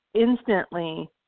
instantly